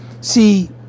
See